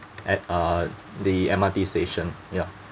at uh the M_R_T station ya